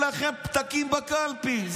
אין לכם פתקים בקלפי.